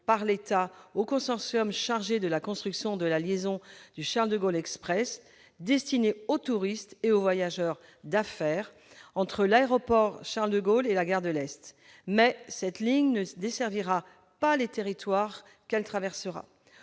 par l'État au consortium chargé de la construction de la liaison du Charles de Gaulle Express, laquelle est destinée aux touristes et aux voyageurs d'affaires, entre l'aéroport de Roissy Charles de Gaulle et la gare de l'Est. Mais cette ligne ne desservira pas les territoires qu'elle traversera.